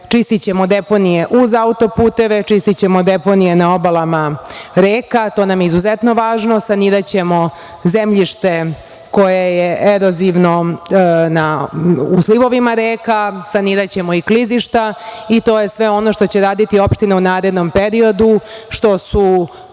Čistićemo deponije uz autoputeve. Čistićemo deponije na obalama reka. To nam je izuzetno važno. Saniraćemo zemljište koje jer erozivno u slivovima reka. Saniraćemo i klizišta i to je sve ono što će raditi opštine u narednom periodu, što su